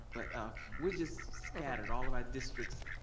but ah we're just scattered all of our districts.